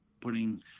putting